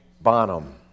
Bonham